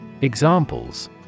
Examples